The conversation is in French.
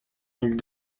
mille